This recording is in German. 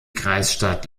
kreisstadt